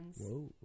Whoa